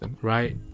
Right